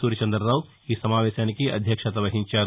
సూర్యచంద్రరావు ఈ సమావేశానికి అధ్యక్షత వహించారు